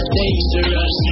dangerous